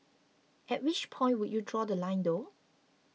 at which point would you draw The Line though